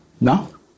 No